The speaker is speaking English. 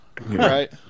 right